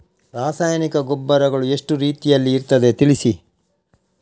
ರಾಸಾಯನಿಕ ಗೊಬ್ಬರಗಳು ಎಷ್ಟು ರೀತಿಯಲ್ಲಿ ಇರ್ತದೆ ತಿಳಿಸಿ?